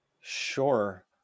Sure